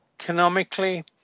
economically